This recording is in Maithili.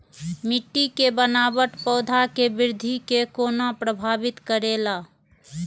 मिट्टी के बनावट पौधा के वृद्धि के कोना प्रभावित करेला?